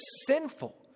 sinful